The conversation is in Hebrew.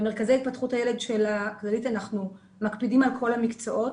במרכזי התפתחות הילד של הכללית אנחנו מקפידים על כל המקצועות.